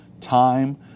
time